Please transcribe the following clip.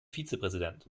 vizepräsident